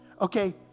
Okay